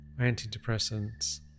Antidepressants